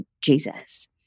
Jesus